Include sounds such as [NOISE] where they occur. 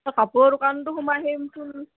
[UNINTELLIGIBLE] কাপোৰৰ দোকানটো সোমাই আহিমচোন